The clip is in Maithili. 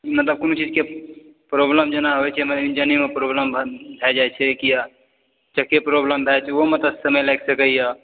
मतलब कोनो चीजकेँ प्रॉब्लम होइ छै मने जेना इन्जनेमे प्रॉब्लम भए जाइ छै किया चक्केमे प्रॉब्लम भऽ जाइछै ओहोमे तऽ समय लागि सकैए